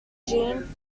gene